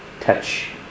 touch